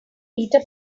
peter